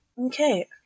Okay